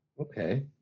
okay